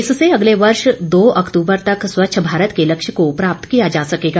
इससे अँगले वर्ष दो अक्तूबर तक स्वच्छ भारत के लक्ष्य को प्राप्त किया जा सकेगा